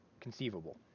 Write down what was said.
conceivable